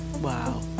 Wow